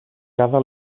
cada